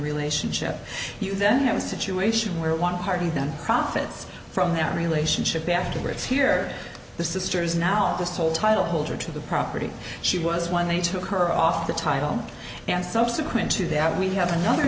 relationship you then have a situation where one party then profits from that relationship afterwards here the sister is now the sole title holder to the property she was when they took her off the title and subsequent to that we have another